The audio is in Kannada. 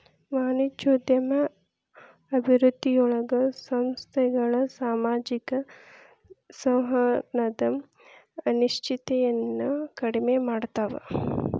ವಾಣಿಜ್ಯೋದ್ಯಮ ಅಭಿವೃದ್ಧಿಯೊಳಗ ಸಂಸ್ಥೆಗಳ ಸಾಮಾಜಿಕ ಸಂವಹನದ ಅನಿಶ್ಚಿತತೆಯನ್ನ ಕಡಿಮೆ ಮಾಡ್ತವಾ